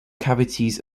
cavities